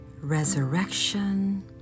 resurrection